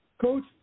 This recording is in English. Coach